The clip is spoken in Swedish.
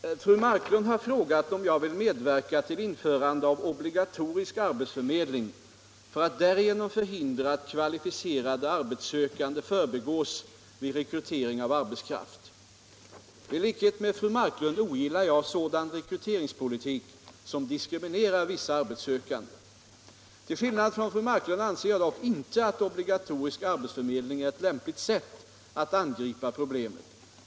Herr talman! Fru Marklund har frågat om jag vill medverka till införande av obligatorisk arbetsförmedling för att därigenom förhindra att kvalificerade arbetssökande förbigås vid rekrytering av arbetskraft. I likhet med fru Marklund ogillar jag sådan rekryteringspolitik som diskriminerar vissa arbetssökande. Till skillnad från fru Marklund anser jag dock inte att obligatorisk arbetsförmedling är ett lämpligt sätt att angripa problemet.